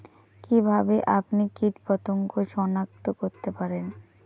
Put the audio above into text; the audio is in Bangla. কিভাবে আপনি কীটপতঙ্গ সনাক্ত করতে পারেন?